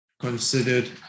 considered